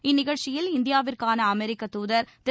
இந்நிகழ்ச்சியில் இந்தியாவிற்கான அமெரிக்க துதர் திரு